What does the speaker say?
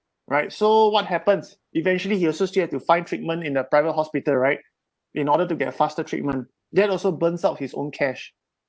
right so what happens eventually he also still have to find treatment in a private hospital right in order to get a faster treatment then also burns out his own cash